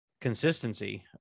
consistency